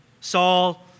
Saul